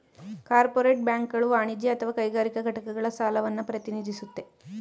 corporate ಬಾಂಡ್ಗಳು ವಾಣಿಜ್ಯ ಅಥವಾ ಕೈಗಾರಿಕಾ ಘಟಕಗಳ ಸಾಲವನ್ನ ಪ್ರತಿನಿಧಿಸುತ್ತೆ